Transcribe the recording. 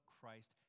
Christ